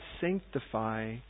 sanctify